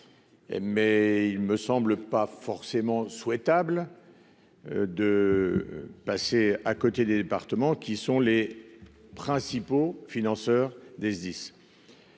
Mais il ne me semble pas forcément souhaitable de passer à côté des départements, qui sont les principaux financeurs des Sdis.